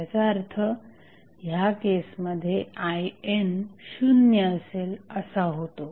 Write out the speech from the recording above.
त्याचा अर्थ ह्या केसमध्ये IN शून्य असेल असा होतो